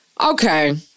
Okay